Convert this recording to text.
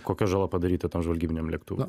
kokia žala padaryta tam žvalgybiniam lėktuvui